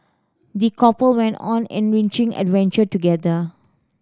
the couple went on an enriching adventure together